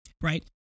right